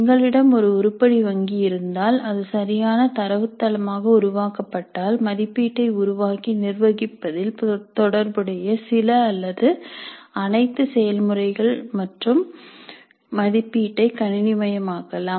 எங்களிடம் ஒரு உருப்படி வங்கி இருந்தால் அது சரியான தரவுத்தளமாக உருவாக்கப்பட்டால் மதிப்பீட்டை உருவாக்கி நிர்வகிப்பதில் தொடர்புடைய சில அல்லது அனைத்து செயல்முறைகளும் மற்றும் மதிப்பீட்டை கணினிமயமாக்கலாம்